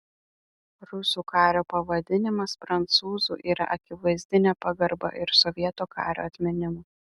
rusų kario pavadinimas prancūzu yra akivaizdi nepagarba ir sovietų kario atminimui